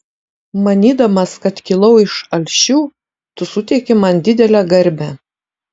manydamas kad kilau iš alšių tu suteiki man didelę garbę